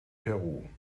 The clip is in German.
peru